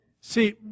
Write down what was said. see